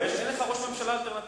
אבל אין לך ראש ממשלה אלטרנטיבי.